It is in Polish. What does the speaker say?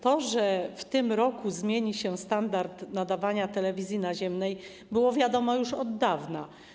To, że w tym roku zmieni się standard nadawania telewizji naziemnej, było wiadomo już od dawna.